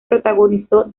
protagonizó